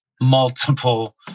multiple